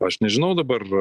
aš nežinau dabar